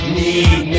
need